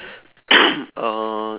uh